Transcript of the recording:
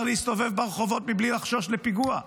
להסתובב ברחובות בלי לחשוש מפיגוע.